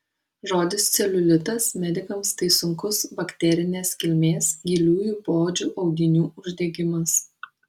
žodis celiulitas medikams tai sunkus bakterinės kilmės giliųjų poodžio audinių uždegimas